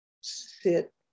sit